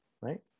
right